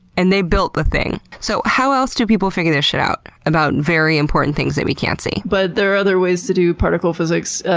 and they built the thing. so how else do people figure this shit out about very important things that we can't see? well, but there are other ways to do particle physics.